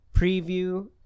Preview